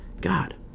God